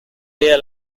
día